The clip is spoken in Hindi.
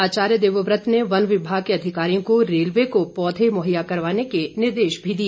आचार्य देवव्रत ने वन विभाग के अधिकारियों को रेलवे को पौधे मुहैया करवाने के निर्देश भी दिए